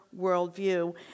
worldview